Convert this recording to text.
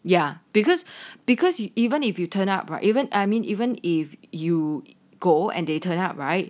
ya because because you even if you turn up right or even I mean even if you go and they turn up right